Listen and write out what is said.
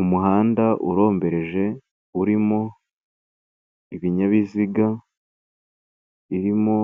Umuhanda urombereje urimo ibinyabiziga, birimo